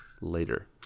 Later